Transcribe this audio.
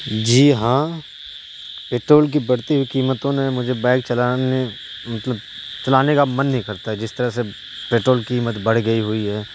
جی ہاں پیٹرول کی بڑھتی ہوئی قیمتوں نے مجھے بائک چلانے مطلب چلانے کا من نہیں کرتا ہے جس طرح سے پیٹرول قیمت بڑھ گئی ہوئی ہے